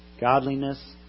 godliness